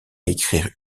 écrire